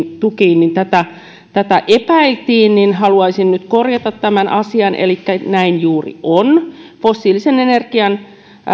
tukiin kun tätä täällä epäiltiin niin haluaisin nyt korjata tämän asian elikkä näin juuri on fossiilisen energian